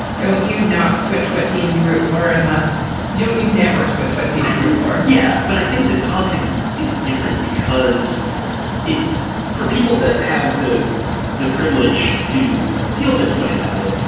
don't you'd not switch what team you root for unless you don't you never switch what tv room for yeah. but i think that politics is is different because it for people that have the the privilege to feel this way about it,